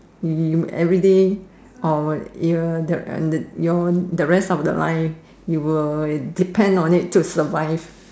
you you everyday or you're the the you're the rest of your life you will depend on it to survive